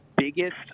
biggest